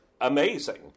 amazing